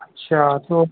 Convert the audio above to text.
अच्छा तो